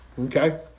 okay